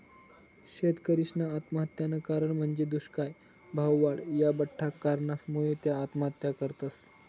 शेतकरीसना आत्महत्यानं कारण म्हंजी दुष्काय, भाववाढ, या बठ्ठा कारणसमुये त्या आत्महत्या करतस